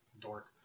dork